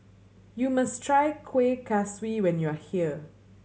you must try Kuih Kaswi when you are here